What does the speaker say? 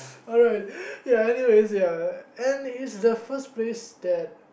alright ya anyways ya and this the place that